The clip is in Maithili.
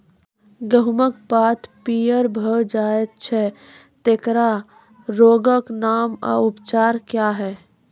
गेहूँमक पात पीअर भअ जायत छै, तेकरा रोगऽक नाम आ उपचार क्या है?